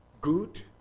good